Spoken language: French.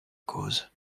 cause